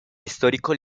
histórico